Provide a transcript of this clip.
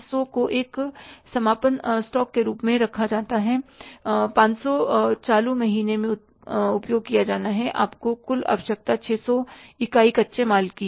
100 को एक समापन स्टॉक के रूप में रखा जाना है 500 चालू महीने में उपयोग किया जाना है आपकी कुल आवश्यकता 600 इकाई कच्चे माल की है